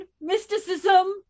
mysticism